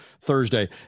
Thursday